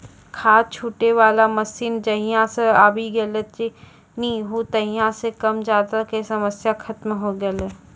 खाद छीटै वाला मशीन जहिया सॅ आबी गेलै नी हो तहिया सॅ कम ज्यादा के समस्या खतम होय गेलै